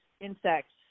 insects